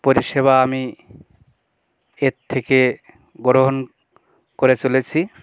পরিষেবা আমি এর থেকে গ্রহণ করে চলেছি